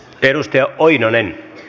edustaja oinonen ne